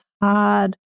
hard